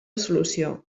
solució